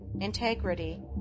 integrity